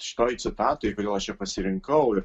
šitoj citatoj kodėl aš ją pasirinkau ir